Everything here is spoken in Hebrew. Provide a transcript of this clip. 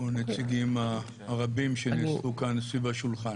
הנציגים הרבים שנאספו כאן סביב השולחן.